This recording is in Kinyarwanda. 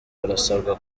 barasabwa